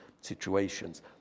situations